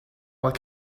what